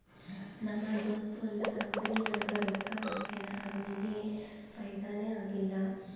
ನಮ್ ದೋಸ್ತ ಒಂದ್ ಕಂಪನಿನಾಗ್ ರೊಕ್ಕಾ ಹಾಕ್ಯಾನ್ ಅವ್ನಿಗ ಫೈದಾನೇ ಆಗಿಲ್ಲ